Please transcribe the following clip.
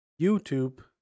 YouTube